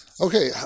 okay